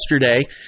yesterday